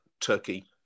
Turkey